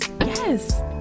Yes